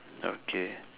okay